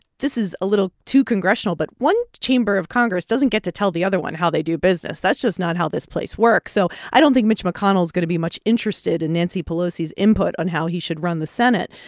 this is a little too congressional, but one chamber of congress doesn't get to tell the other one how they do business. that's just not how this place works. so i don't think mitch mcconnell is going to be much interested in nancy pelosi's input on how he should run the senate.